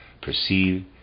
perceive